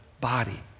body